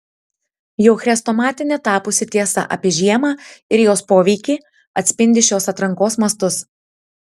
jau chrestomatine tapusi tiesa apie žiemą ir jos poveikį atspindi šios atrankos mastus